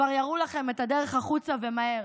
כבר יראו לכם את הדרך החוצה ומהר.